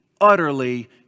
utterly